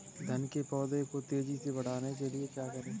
धान के पौधे को तेजी से बढ़ाने के लिए क्या करें?